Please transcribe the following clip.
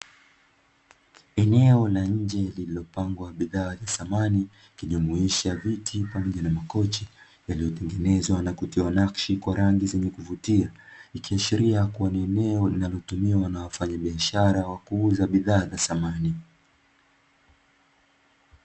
Eneo la nje lililopangwa bidhaa za samani ikijumuisha viti pamoja makochi yaliyotengenezwa na kutiwa nakshi kwa rangi za kuvutia; ikiashiria kuwa ni eneo linalotumiwa na wafanyabishara wa kuuza bidhaa za samani.